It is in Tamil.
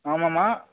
ஆமாம் அம்மா